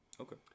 Okay